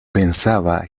pensaba